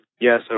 yes